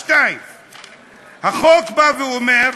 2. החוק בא ואומר,